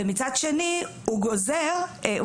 ומצד שני הוא גורס,